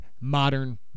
modern